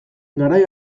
garai